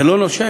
זה לא נושק?